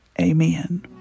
amen